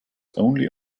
only